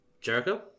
Jericho